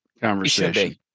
conversation